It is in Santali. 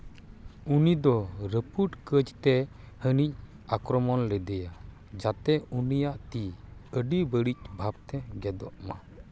ᱩᱱᱤ ᱫᱚ ᱨᱟᱹᱯᱩᱫ ᱠᱟᱹᱪ ᱛᱮ ᱦᱟᱹᱱᱤ ᱟᱠᱨᱚᱢᱚᱱ ᱞᱮᱫᱮᱭᱟ ᱡᱟᱛᱮ ᱩᱱᱤᱭᱟᱜ ᱛᱤ ᱟᱹᱰᱤ ᱵᱟᱹᱲᱤᱡ ᱵᱷᱟᱵᱽ ᱛᱮ ᱜᱮᱫᱚᱜ ᱢᱟ